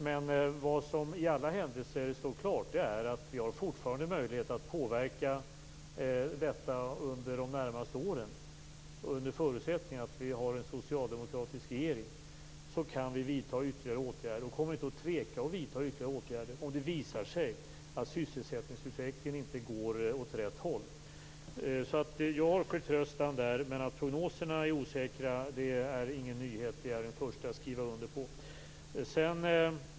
Men det står i alla händelser klart att vi fortfarande har möjlighet att påverka detta under de närmaste åren. Under förutsättning att vi har en socialdemokratisk regeringen kan vi vidta ytterligare åtgärder. Vi kommer inte att tveka att vidta ytterligare åtgärder om det visar sig att sysselsättningsutvecklingen inte går åt rätt håll. Jag har förtröstan där. Det är ingen nyhet att prognoserna är osäkra. Det är jag den första att skriva under på.